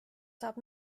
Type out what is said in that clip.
saab